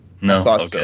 no